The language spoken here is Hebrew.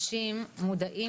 תהיו.